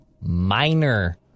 minor